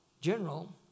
general